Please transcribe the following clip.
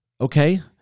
okay